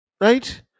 Right